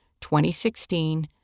2016